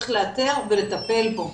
צריך לאתר ולטפל בו,